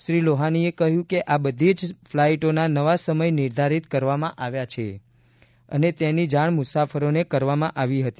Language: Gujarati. શ્રી લોહાનીએ કહયું કે આ બધી જ ફલાઈટોના નવા સમય નિર્ધારીત કરવામાં આવ્યા છે અને તેની જાણ મુસાફરોને કરવામાં આવી હતી